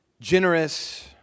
generous